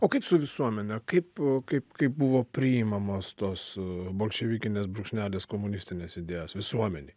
o kaip su visuomene kaip kaip kaip buvo priimamos tos bolševikinės brūkšnelis komunistinės idėjos visuomenėj